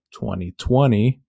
2020